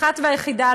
האחת והיחידה,